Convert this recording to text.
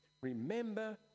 Remember